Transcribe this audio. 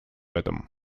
этом